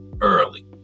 early